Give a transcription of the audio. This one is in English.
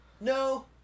No